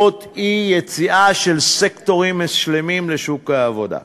אי-יציאה של סקטורים שלמים לשוק העבודה,